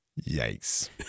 Yikes